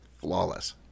flawless